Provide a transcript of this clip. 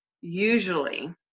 usually